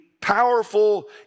powerful